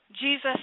Jesus